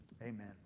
Amen